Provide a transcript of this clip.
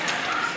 טוב.